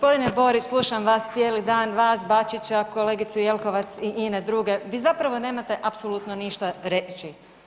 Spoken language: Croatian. Gospodine Borić slušam vas cijeli dan, vas, Bačića, kolegicu Jelkovac i ine druge, vi zapravo nemate apsolutno ništa reći.